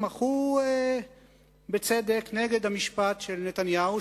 מחו בצדק נגד המשפט של נתניהו,